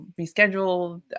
rescheduled